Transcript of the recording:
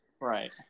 Right